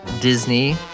Disney